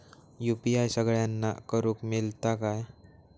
UPI सगळ्यांना करुक मेलता काय?